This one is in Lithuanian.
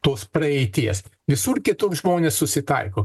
tos praeities visur kitur žmonės susitaiko